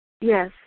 Yes